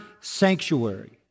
sanctuary